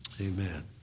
amen